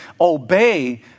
obey